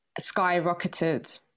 skyrocketed